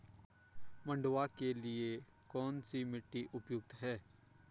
मंडुवा के लिए कौन सी मिट्टी उपयुक्त है?